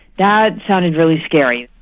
that sounded really scary.